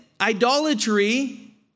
idolatry